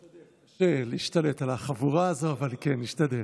תראה, להשתלט על החבורה הזאת, אבל כן, משתדל.